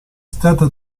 stata